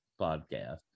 podcast